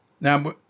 now